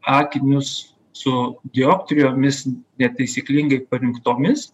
akinius su dioptrijomis netaisyklingai parinktomis